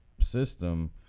system